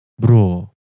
Bro